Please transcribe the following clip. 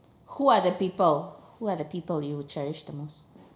who are the people who are the people you cherish the most